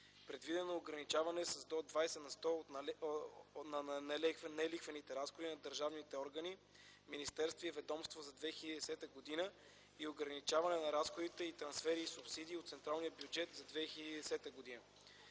Предвидено е ограничаване с 20 на сто от нелихвените разходи на държавни органи, министерства и ведомства за 2010 г. и ограничаване на разходите и трансфери/субсидии от централния бюджет за 2010 г.